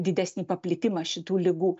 didesnį paplitimą šitų ligų